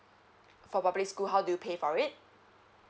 for public school how do you pay for it